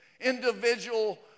individual